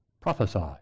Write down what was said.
prophesy